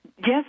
yes